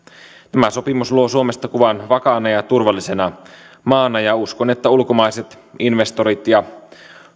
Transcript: tämä sopimus luo suomesta kuvan vakaana ja turvallisena maana ja uskon että ulkomaiset investorit ja